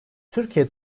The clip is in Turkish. türkiye